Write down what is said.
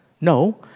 No